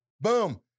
Boom